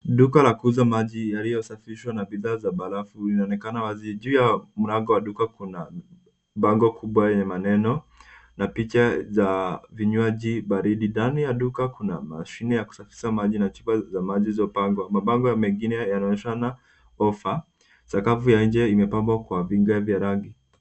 Duka la kuuza maji yaliyosafishwa na bidhaa za barafu inaonekana wazi. Juu ya mlango wa duka kuna bango kubwa lenye maneno na picha za vinywaji baridi. Ndani ya duka kina mashine ya kusafisha maji na chupa za maji zilizopangwa. Mabango mengine yanaonyeshana ofa. Sakafu ya nje imepangwa kwa vigae vya rangi.